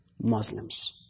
Muslims